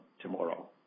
tomorrow